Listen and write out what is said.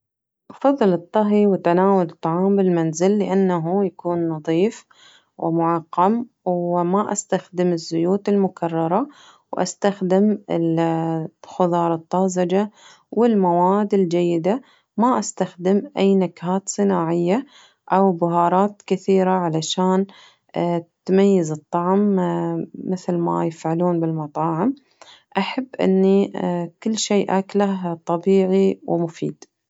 أفضل الطهي وتناول الطعام بالمنزل لأنه يكون نضيف ومعقم وما أستخد الزيوت المكررة وأستخدم ال خضار الطازجة والمواد الجيدة ما أستخدم أي نكهات صناعية أو بهارات كثيرة علشان تميز الطعم مثل ما يفعلون بالمطاعم أحب إني كل شي آكله طبيعي ومفيد.